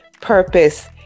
purpose